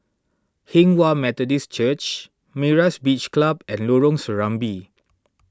Hinghwa Methodist Church Myra's Beach Club and Lorong Serambi